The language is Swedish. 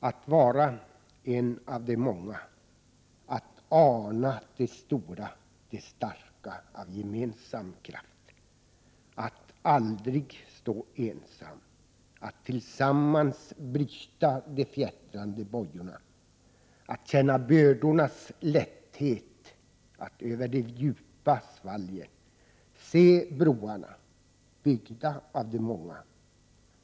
Att vara en av de många, att ana det stora, det starka av gemensam kraft. Att aldrig stå ensam, att tillsammans bryta de fjättrande bojorna. Att känna bördornas lätthet. Att över de djupa svalgen se broarna byggda av de många.